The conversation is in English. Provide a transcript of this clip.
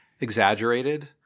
exaggerated